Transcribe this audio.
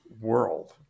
world